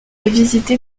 visité